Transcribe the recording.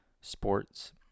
sports